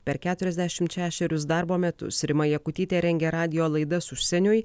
per keturiasdešimt šešerius darbo metus rima jakutytė rengė radijo laidas užsieniui